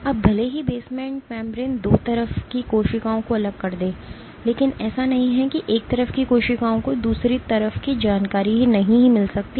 अब भले ही बेसमेंट की झिल्ली 2 तरफ की कोशिकाओं को अलग कर दे लेकिन ऐसा नहीं है कि एक तरफ की कोशिकाओं को दूसरी तरफ की जानकारी नहीं मिल सकती है